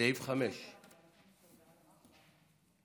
סמכויות מיוחדות להתמודדות עם נגיף הקורונה החדש (תיקון מס' 11),